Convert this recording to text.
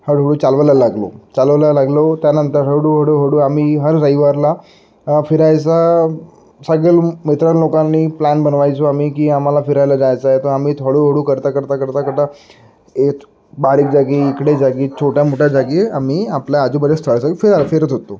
हळूहळू चालवायला लागलो चालवायला लागलो त्यानंतर हळूहळू हळू आम्ही हर रविवारला फिरायचा सगळे मित्र लोकांनी प्लॅन बनवायचो आम्ही की आम्हाला फिरायला जायचा आहे तर आम्ही हळूहळू करता करता करता करता ए बारीक जागी इकडे जागी छोट्या मोठ्या जागी आम्ही आपल्या स्थळाचा फिरा फिरत होतो